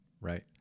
right